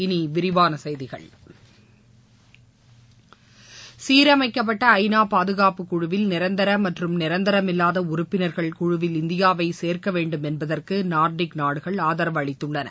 இனி விரிவான செய்திகள் சீரமைக்கப்பட்ட ஐநா பாதுகாப்புக் குழுவில் நிரந்தர மற்றும் நிரந்தரமில்லாத உறுப்பினர்கள் குழுவில் இந்தியாவை சேர்க்க வேண்டும் என்பதற்கு நார்டிக் நாடுகள் ஆதரவு அளித்துள்ளன